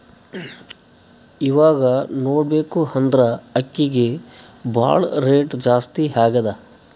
ಇವಾಗ್ ನೋಡ್ಬೇಕ್ ಅಂದ್ರ ಅಕ್ಕಿಗ್ ಭಾಳ್ ರೇಟ್ ಜಾಸ್ತಿ ಆಗ್ಯಾದ